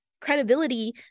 credibility